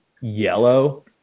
yellow